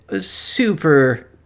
super